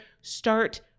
Start